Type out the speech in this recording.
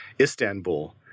Istanbul